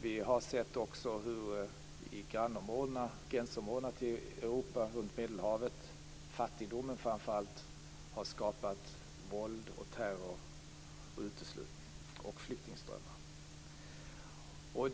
Vi har också sett hur i Europas gränsområden runt Medelhavet framför allt fattigdomen har skapat våld, terror och flyktingströmmar.